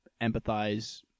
empathize